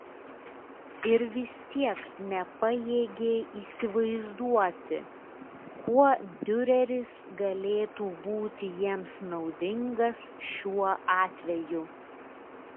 ir vis tiek nepajėgė įsivaizduoti kuo diureris galėtų būti jiems naudingas šiuo atveju